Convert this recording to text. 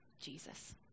Jesus